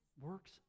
works